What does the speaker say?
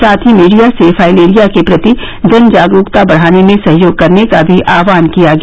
साथ ही मीडिया से फाइलेरिया के प्रति जनजागरूकता बढाने में सहयोग करने का भी आहवान किया गया